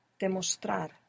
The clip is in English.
Demostrar